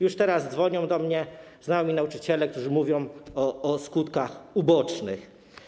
Już teraz dzwonią do mnie znajomi nauczyciele, którzy mówią o skutkach ubocznych.